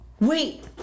wait